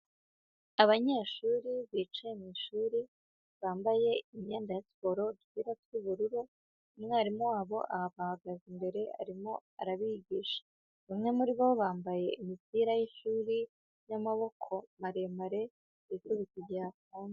Abanyeshuri bicaye mu ishuri bambaye imyenda ya siporo, udupira tw'ubururu umwarimu wabo abahagaze imbere arimo arabigisha. Bamwe muri bo bambaye imipira y'ishuri y'amaboko maremare bifubika igihe hakonje.